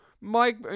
Mike